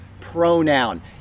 pronoun